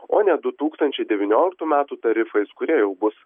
o ne du tūkstančiai devynioliktų metų tarifais kurie jau bus